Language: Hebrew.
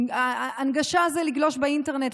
הנגשה זה לגלוש באינטרנט,